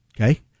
okay